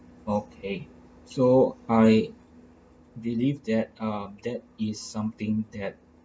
okay so I believe that ah that is something that